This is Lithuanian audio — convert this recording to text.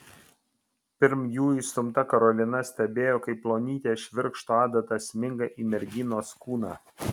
pirm jų įstumta karolina stebėjo kaip plonytė švirkšto adata sminga į merginos kūną